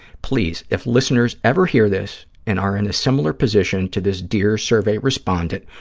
please, if listeners ever hear this and are in a similar position to this dear survey respondent,